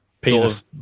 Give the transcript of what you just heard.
penis